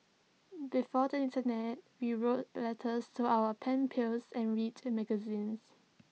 before the Internet we wrote letters to our pen pals and read magazines